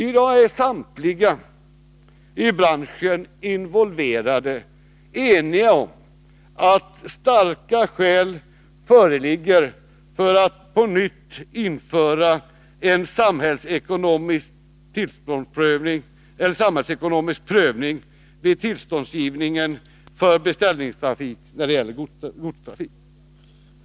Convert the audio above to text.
I dag är samtliga i branschen involverade eniga om att starka skäl föreligger för att på nytt införa en samhällsekonomisk prövning vid tillståndsgivning för beställningstrafik för godstrafik.